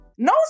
No